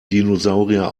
dinosaurier